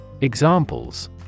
Examples